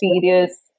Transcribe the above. serious